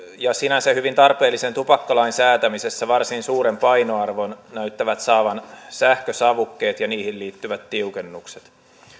ja sinänsä hyvin tarpeellisen tupakkalain säätämisessä varsin suuren painoarvon näyttävät saavan sähkösavukkeet ja niihin liittyvät tiukennukset